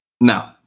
No